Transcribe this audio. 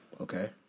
okay